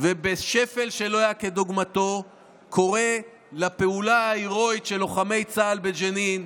ובשפל שלא היה כדוגמתו קורא לפעולה ההירואית של לוחמי צה"ל בג'נין,